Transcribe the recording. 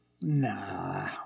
Nah